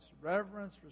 Reverence